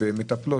ומטפלות.